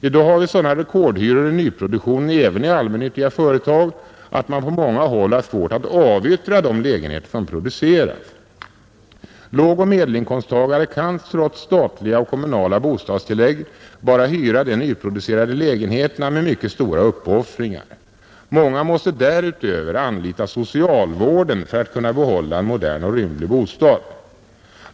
I dag har vi sådana rekordhyror i nyproduktionen, även i allmännyttiga företag, att man på många håll har svårt att avyttra de lägenheter som produceras, Lågoch medelinkomsttagare kan, trots statliga och kommunala bostadstillägg, bara hyra de nyproducerade lägenheterna med mycket stora uppoffringar. Många måste därutöver anlita socialvården för att kunna behålla en modern och rymlig bostad.